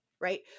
Right